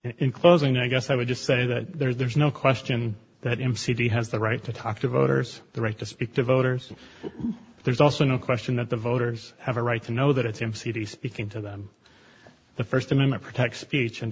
in closing i guess i would just say that there's no question that m c g has the right to talk to voters the right to speak to voters there's also no question that the voters have a right to know that it's him cd speaking to them the first amendment protects speech and